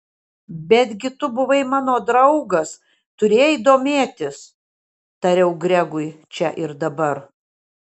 betgi tu buvai mano draugas turėjai domėtis tariau gregui čia ir dabar